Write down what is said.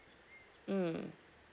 mm